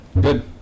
Good